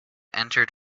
entered